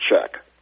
check